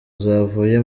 zavuye